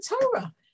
Torah